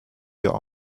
your